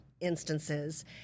instances